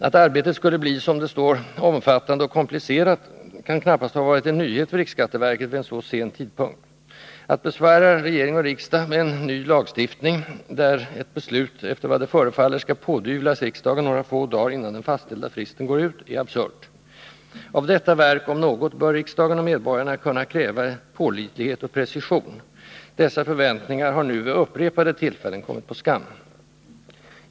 Att arbetsuppgifterna skulle bli, som det står, ”omfattande och komplicerade” kan knappast ha varit en nyhet för riksskatteverket vid en så sen tidpunkt. Att besvära regering och riksdag med en ny lagstiftning — där ett beslut, efter vad det förefaller, skall pådyvlas riksdagen några få dagar innan den fastställda fristen går ut — är absurt. Av detta verk, om något, bör riksdagen och medborgarna kunna kräva pålitlighet och precision. Dessa förväntningar har nu vid upprepade tillfällen kommit på skam.